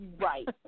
Right